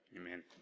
Amen